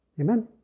Amen